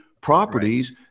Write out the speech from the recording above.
properties